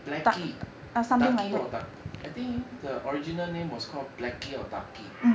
blackie ducky or duck I think the original name was called blackie or ducky